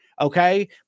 Okay